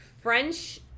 French